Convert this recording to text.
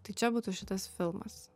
tai čia būtų šitas filmas